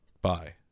Bye